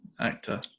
actor